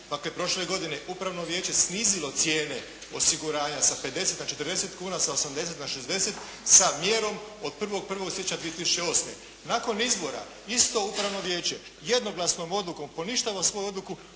kako je prošle godine upravno vijeće snizilo cijene osiguranja sa 50 na 40 kuna, sa 80 na 60 sa mjerom od 1.siječnja 2008. Nakon izbora isto upravno vijeće jednoglasnom odlukom poništava svoju odluku